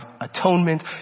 atonement